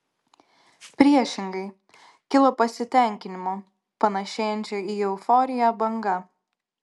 priešingai kilo pasitenkinimo panašėjančio į euforiją banga